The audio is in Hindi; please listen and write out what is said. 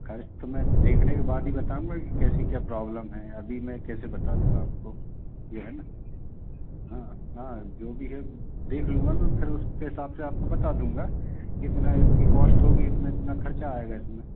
खर्च तो मैं देखने के बाद ही बताऊँगा कि कैसी क्या प्रॉब्लम है अभी मैं कैसे बता दूँगा आपको है ना हाँ हाँ जो भी है देख लूँगा ना फ़िर उसके हिसाब से आपको बता दूँगा कितना इसकी कोस्ट होगी इतना इतना खर्चा आएगा इसमें